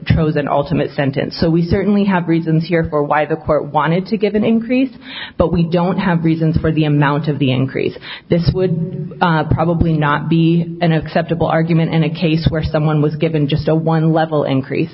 chose an ultimate sentence so we certainly have reasons here for why the court wanted to give an increase but we don't have reasons for the amount of the increase this would probably not be an acceptable argument in a case where someone was given just so one level increase